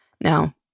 Now